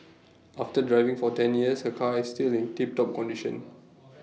after driving for ten years her car is still in tip top condition